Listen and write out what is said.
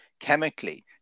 Chemically